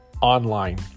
online